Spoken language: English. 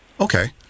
Okay